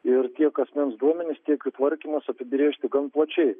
ir tiek asmens duomenys tiek jų tvarkymas apibrėžti gan plačiai